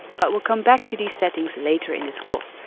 but we'll come back to these settings later in this course.